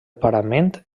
parament